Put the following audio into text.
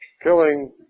killing